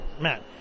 Matt